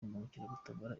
imbangukiragutabara